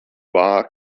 bar